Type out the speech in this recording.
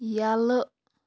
یَلہٕ